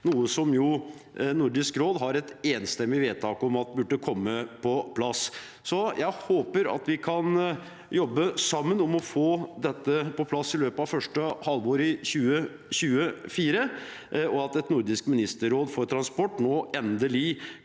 noe som ifølge et enstemmig vedtak i Nordisk råd bør komme på plass. Så jeg håper at vi kan jobbe sammen om å få dette på plass i løpet av første halvår i 2024, og at et nordisk ministerråd for transport endelig